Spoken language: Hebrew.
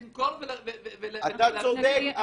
אבל למכור ולחלק --- אתה צודק,